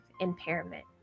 impairment